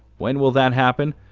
when will that happen?